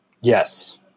yes